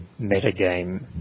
metagame